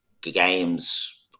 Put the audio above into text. games